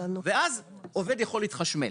ואז עובד יכול להתחשמל.